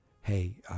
hey